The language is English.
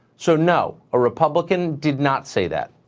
so no, a republican did not say that,